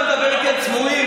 עזוב, אתה מדבר איתי על צבועים?